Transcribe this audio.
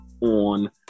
on